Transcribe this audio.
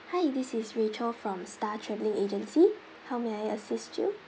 hi this is rachel from star travelling agency how may I assist you